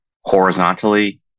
horizontally